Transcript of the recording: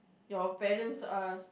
your parents are